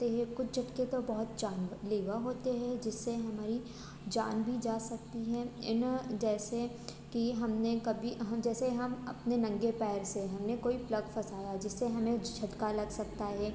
कुछ झटके तो बहुत जानलेवा होते हैं जिससे हमारी जान भी जा सकती है इनो जैसे कि हम ने कभी हम जैसे हम अपने नंगे पैर से हम ने कोई प्लग फसाया है जिससे हमें झटका लग सकता है